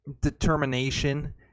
determination